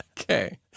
Okay